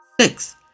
Six